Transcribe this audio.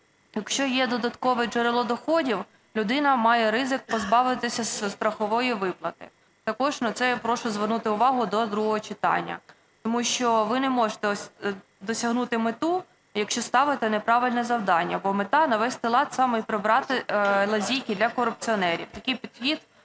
Якщо є додаткове джерело доходів, людина має ризик позбавитися страхової виплати. Також на це я прошу звернути увагу до другого читання. Тому що ви не можете досягнути мету, якщо ставите неправильне завдання. Бо мета – навести лад саме і прибрати лазівки для корупціонерів. Такий підхід